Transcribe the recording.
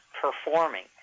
performing